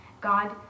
God